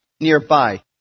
nearby